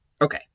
Okay